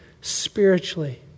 spiritually